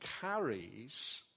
carries